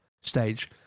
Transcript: stage